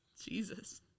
Jesus